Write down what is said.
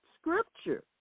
scripture